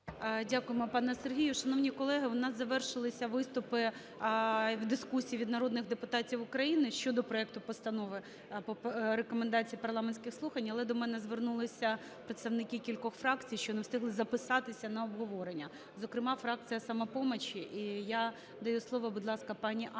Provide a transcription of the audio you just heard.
Дякуємо, пане Сергію. Шановні колеги, у нас завершилися виступи в дискусії від народних депутатів України щодо проекту Постанови про Рекомендації парламентських слухань. Але до мене звернулися представники кількох фракцій, що не встигли записатися на обговорення, зокрема фракція "Самопомочі". І я даю слово, будь ласка, пані Анні